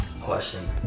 question